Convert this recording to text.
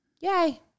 yay